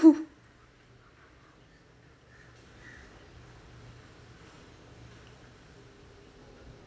too